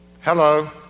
hello